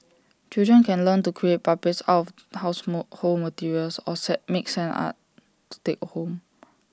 children can learn to create puppets out of household materials or make sand art to take home